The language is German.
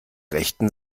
rechten